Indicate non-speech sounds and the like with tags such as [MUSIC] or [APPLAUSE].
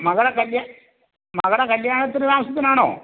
മകളെ മകളെ കല്യാണത്തിന് [UNINTELLIGIBLE] ആണോ